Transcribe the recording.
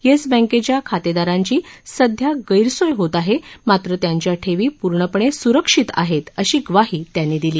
yes बँकेच्या खातेदारांची सध्या गैरसोय होत आहे मात्र त्यांच्या ठेवी पूर्णपणे सुरक्षित आहे अशी ग्वाही त्यांनी दिली